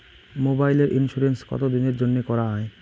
মোবাইলের ইন্সুরেন্স কতো দিনের জন্যে করা য়ায়?